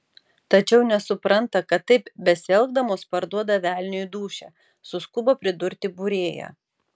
tačiau nesupranta kad taip besielgdamos parduoda velniui dūšią suskubo pridurti būrėja